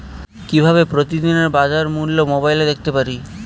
কিভাবে প্রতিদিনের বাজার মূল্য মোবাইলে দেখতে পারি?